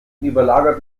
überlagert